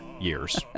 years